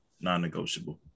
non-negotiable